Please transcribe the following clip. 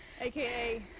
aka